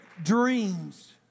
dreams